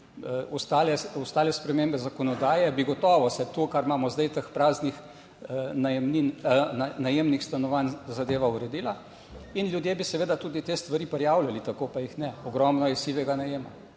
ostale spremembe zakonodaje, bi gotovo se to, kar imamo zdaj teh praznih najemnin, najemnih stanovanj zadeva uredila in ljudje bi seveda tudi te stvari prijavljali, tako pa jih ne. Ogromno je sivega najema